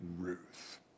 Ruth